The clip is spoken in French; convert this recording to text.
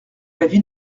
l’avis